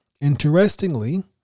Interestingly